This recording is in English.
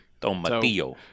Tomatillo